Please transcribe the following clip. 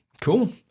cool